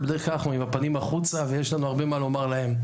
בדרך כלל אנחנו עם הפנים החוצה ויש לנו הרבה מה לומר להם.